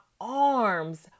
arms